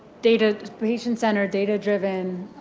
data patient-centered, data-driven,